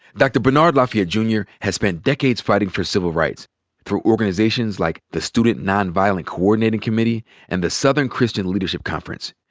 dr. bernard lafayette jr. has spent decades fighting for civil rights through organizations like the student nonviolent coordinating committee and the southern christian leadership conference.